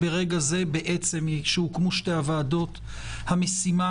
ברגע זה כשהוקמו שתי הוועדות המשימה